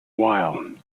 while